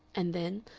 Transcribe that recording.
and then,